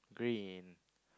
green